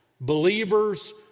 believers